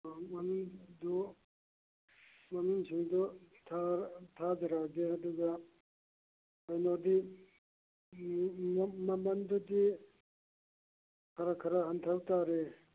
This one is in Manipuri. ꯃꯃꯤꯡꯗꯨ ꯃꯃꯤꯡꯁꯤꯡꯗꯨ ꯊꯥꯖꯔꯛꯑꯒꯦ ꯑꯗꯨꯒ ꯀꯩꯅꯣꯗꯤ ꯃꯃꯜꯗꯨꯗꯤ ꯈꯔ ꯈꯔ ꯍꯟꯊꯕ ꯇꯥꯔꯦ